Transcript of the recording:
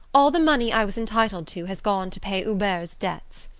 all the money i was entitled to has gone to pay hubert's debts.